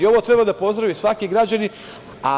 Ovo treba da pozdravi svaki građanin.